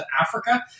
Africa